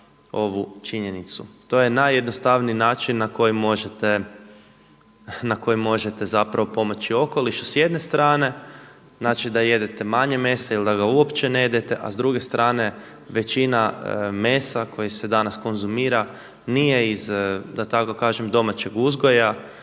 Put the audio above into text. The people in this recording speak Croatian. ovu činjenicu. To je najjednostavniji način na koji možete pomoći okolišu s jedne strane da jedete manje mesa ili da ga uopće ne jedete, a s druge strane većina mesa koji se danas konzumira nije iz da tako